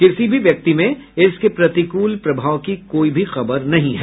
किसी भी व्यक्ति में इसके प्रतिकूल प्रभाव की कोई भी खबर नहीं है